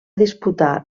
disputar